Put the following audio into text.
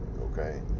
okay